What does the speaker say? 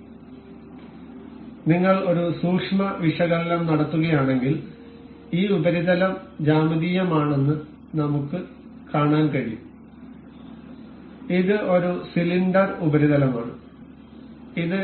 അതിനാൽ നിങ്ങൾ ഒരു സൂക്ഷ്മ വിശകലനം നടത്തുകയാണെങ്കിൽ ഈ ഉപരിതലം ജ്യാമിതീയമാണെന്ന് നമുക്ക് കാണാൻ കഴിയും ഇത് ഒരു സിലിണ്ടർ ഉപരിതലമാണ് അത്